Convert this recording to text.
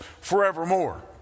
forevermore